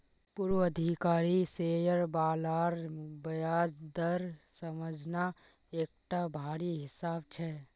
पूर्वाधिकारी शेयर बालार ब्याज दर समझना एकटा भारी हिसाब छै